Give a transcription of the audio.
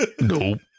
nope